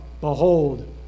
behold